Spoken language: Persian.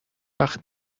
وقت